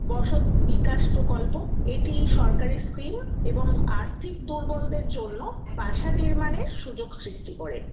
বসত বিকাশ প্রকল্প এটি সরকারি স্কিম এবং আর্থিক দুর্বলদের জন্য বাসা নির্মাণের সুযোগ সৃষ্টি করে